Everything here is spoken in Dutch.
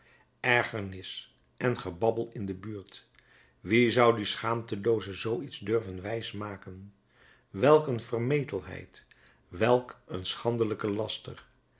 ergernis en gebabbel in de buurt wien zou die schaamtelooze zoo iets durven wijs maken welk een vermetelheid welk een schandelijke laster